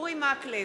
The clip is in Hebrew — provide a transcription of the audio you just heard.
אורי מקלב,